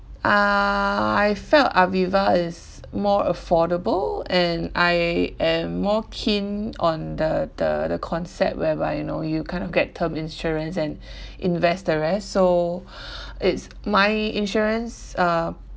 uh I felt aviva is more affordable and I am more keen on the the the concept whereby you know you kind of get term insurance and invest the rest so it's my insurance uh